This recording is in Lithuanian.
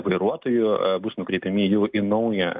vairuotojų bus nukreipiami jau į naują